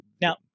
Now